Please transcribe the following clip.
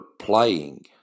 playing